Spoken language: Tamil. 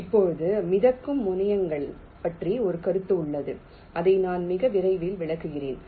இப்போது மிதக்கும் முனையங்கள் பற்றிய ஒரு கருத்து உள்ளது இதை நான் மிக விரைவில் விளக்குகிறேன்